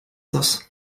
das